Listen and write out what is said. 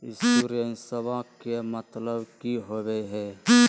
इंसोरेंसेबा के मतलब की होवे है?